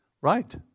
Right